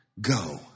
Go